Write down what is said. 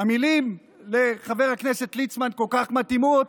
המילים לחבר הכנסת ליצמן כל כך מתאימות